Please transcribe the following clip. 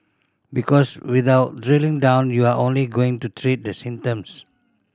because without drilling down you're only going to treat the symptoms